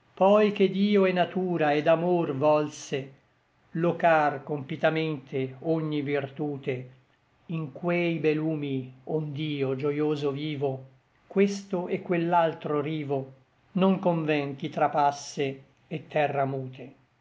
poi che dio et natura et amor volse locar compitamente ogni virtute in quei be lumi ond'io gioioso vivo questo et quell'altro rivo non conven ch'i trapasse et terra mute